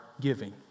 giving